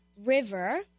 river